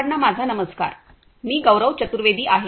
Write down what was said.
सर्वांना माझा नमस्कार मी गौरव चतुर्वेदी आहे